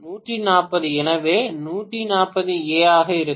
பேராசிரியர் 140 எனவே இது 140 ஏ ஆக இருக்கும்